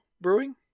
brewing